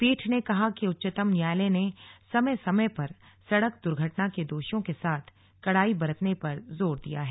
पीठ ने कहा कि उच्चतम न्यायालय ने समय समय पर सड़क दुर्घटना के दोषियों के साथ कड़ाई बरतने पर जोर दिया है